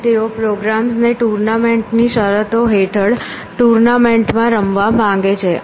અને તેઓ પ્રોગ્રામ્સ ને ટૂર્નામેન્ટની શરતો હેઠળ ટુર્નામેન્ટમાં રમવા માગે છે